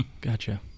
gotcha